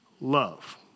love